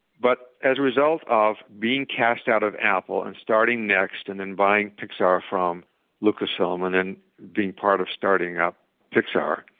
but as a result of being cast out of apple and starting next, and then buying pixar from lucas film, and then being part of starting up pixar,